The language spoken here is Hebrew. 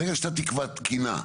ברגע שאתה תקבע תקינה,